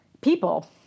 people